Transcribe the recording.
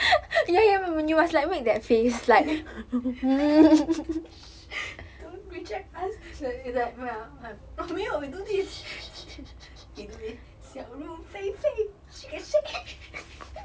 don't reject us is like 没有 we do this we do this 小鹿飞飞 shigga shay